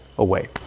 away